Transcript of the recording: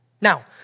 Now